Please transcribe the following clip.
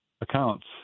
accounts